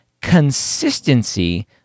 consistency